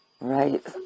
Right